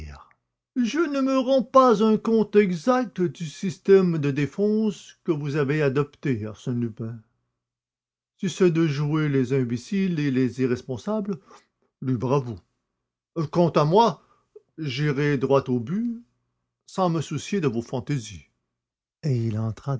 je ne me rends pas un compte exact du système de défense que vous avez adopté arsène lupin si c'est de jouer les imbéciles et les irresponsables libre à vous quant à moi j'irai droit au but sans me soucier de vos fantaisies et il entra